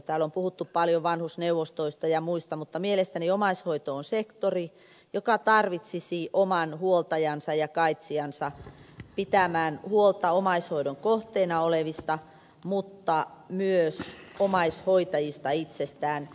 täällä on puhuttu paljon vanhusneuvostoista ja muista mutta mielestäni omais hoito on sektori joka tarvitsisi oman huoltajansa ja kaitsijansa pitämään huolta omaishoidon kohteena olevista mutta myös omaishoitajista itsestään